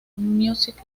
music